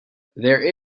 there